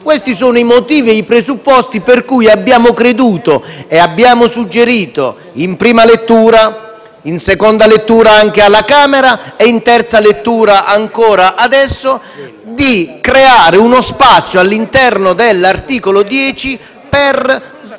Questi sono i motivi e i presupposti per cui abbiamo suggerito in prima lettura, in seconda lettura alla Camera, e in terza lettura ancora adesso, di creare uno spazio all'interno dell'articolo 10 per